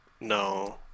No